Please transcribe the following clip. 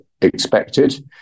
expected